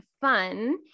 fun